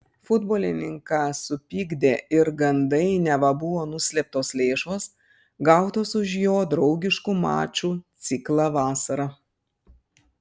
futbolininką supykdė ir gandai neva buvo nuslėptos lėšos gautos už jo draugiškų mačų ciklą vasarą